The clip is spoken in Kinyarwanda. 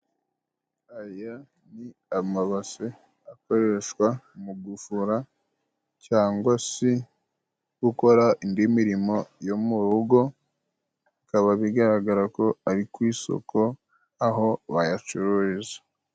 Aya ni amabase akoreshwa mu gufura cyangwa si gukora indi mirimo yo mu rugo, ha bikaba bigaragara ko ari ku isoko aho bayacururiza.